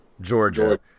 Georgia